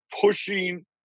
pushing